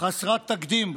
חסרת תקדים,